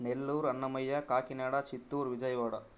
Nellore Annamayya Kakinada Chittoor Vijayawada